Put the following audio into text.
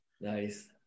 Nice